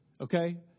okay